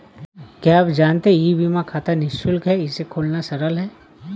क्या आप जानते है ई बीमा खाता निशुल्क है, इसे खोलना सरल है?